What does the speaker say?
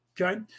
Okay